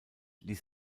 ließ